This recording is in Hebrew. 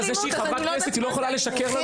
זה שהיא חברת כנסת היא לא יכולה לשקר לנו בפנים.